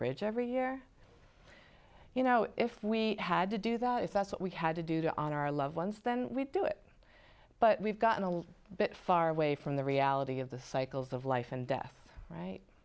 bridge every year you know if we had to do that if that's what we had to do to our loved ones then we'd do it but we've gotten a little bit far away from the reality of the cycles of life and death right